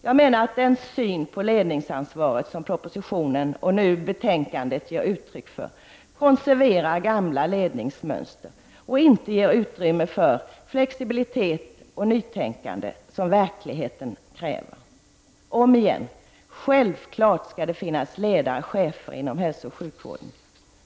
Jag menar att den syn på ledningsansvaret som proposition och betänkande ger uttryck för konserverar gamla ledningsmönster och inte ger utrymme för den flexibilitet och det nytänkande som verkligheten kräver. Självfallet skall det finnas ledare/chefer inom hälsooch sjukvården.